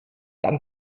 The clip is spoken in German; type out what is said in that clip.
dann